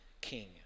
king